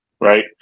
right